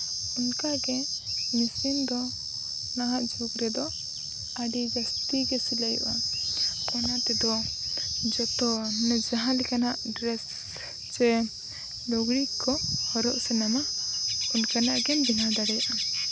ᱚᱱᱠᱟ ᱜᱮ ᱢᱤᱥᱤᱱ ᱫᱚ ᱱᱟᱦᱟᱜ ᱡᱩᱜᱽ ᱨᱮᱫᱚ ᱟᱹᱰᱤ ᱡᱟᱹᱥᱛᱤ ᱜᱮ ᱥᱤᱞᱟᱹᱭᱚᱜᱼᱟ ᱚᱱᱟ ᱛᱮᱫᱚ ᱡᱚᱛᱚ ᱢᱟᱱᱮ ᱡᱟᱦᱟᱸᱞᱮᱠᱟᱱᱟᱜ ᱰᱨᱮᱹᱥ ᱥᱮ ᱞᱩᱜᱽᱲᱤ ᱠᱚ ᱦᱚᱨᱚᱜ ᱥᱟᱱᱟᱢᱟ ᱚᱱᱠᱟᱱᱟᱜ ᱜᱮᱢ ᱵᱮᱱᱟᱣ ᱫᱟᱲᱮᱭᱟᱜᱼᱟ